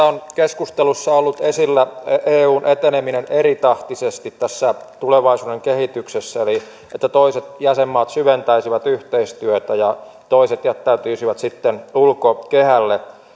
on keskustelussa ollut esillä eun eteneminen eritahtisesti tässä tulevaisuuden kehityksessä eli se että toiset jäsenmaat syventäisivät yhteistyötä ja toiset jättäytyisivät sitten ulkokehälle